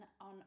on